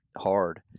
hard